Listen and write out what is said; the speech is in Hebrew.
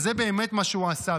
וזה באמת מה שהוא עשה,